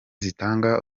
zitanga